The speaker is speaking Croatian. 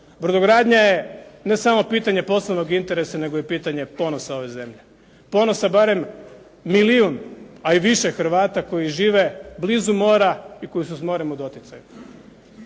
Brodogradnja je ne samo pitanje poslovnog interesa nego i pitanje ponosa ove zemlje, ponosa barem milijun, a i više Hrvata koji žive blizu mora i koji su s morem u doticaju.